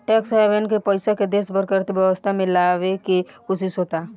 tax haven के पइसा के देश के अर्थव्यवस्था में ले आवे के कोशिस होता